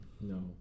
No